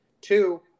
Two